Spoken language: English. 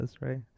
right